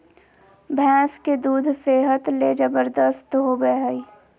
भैंस के दूध सेहत ले जबरदस्त होबय हइ